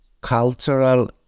cultural